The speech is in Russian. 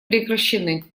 прекращены